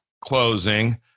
closing